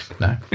No